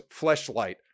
fleshlight